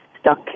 stuck